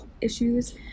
issues